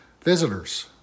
visitors